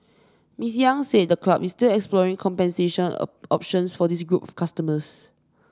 Miss Yang said the club is still exploring compensation options for this group customers